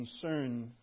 concern